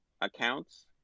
accounts